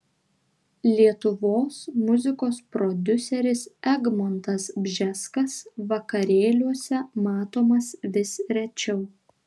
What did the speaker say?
lietuvos muzikos prodiuseris egmontas bžeskas vakarėliuose matomas vis rečiau